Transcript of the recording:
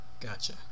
Gotcha